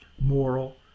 moral